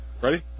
Ready